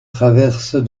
traverses